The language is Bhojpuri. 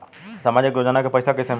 सामाजिक योजना के पैसा कइसे मिली?